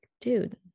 dude